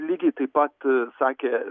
lygiai taip pat sakė